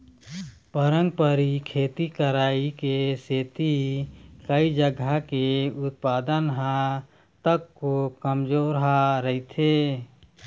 पारंपरिक खेती करई के सेती कइ जघा के उत्पादन ह तको कमजोरहा रहिथे